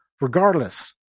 regardless